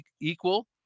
equal